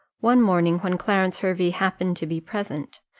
one morning, when clarence hervey happened to be present,